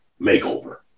makeover